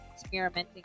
experimenting